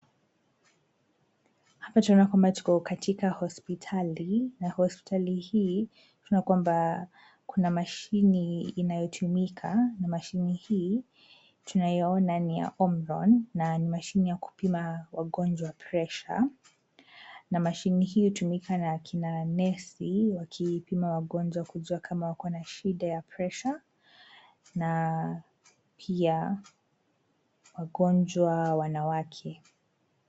Hapa tunaona kwamba tuko katika hospitali na hospitali hii tunaona kwamba kuna mashine inayotumika na mashine hii tunayoona ni ya Omron na ni mashine ya kupima wagonjwa pressure na mashine hii hutumika na kina nesi wakipima wagonjwa kujua kama wako na shida ya pressure na pia wagonjwa wanawake.